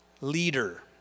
leader